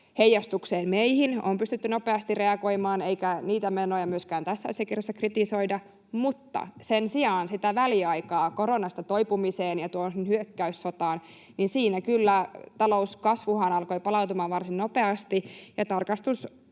heijastukseen on pystytty nopeasti reagoimaan, eikä niitä menoja tässä asiakirjassa myöskään kritisoida, mutta valitettavasti sen sijaan sinä väliaikana koronasta toipumisesta tuohon hyökkäyssotaan talouskasvuhan alkoi palautumaan varsin nopeasti, ja tarkastusviraston